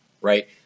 right